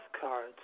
card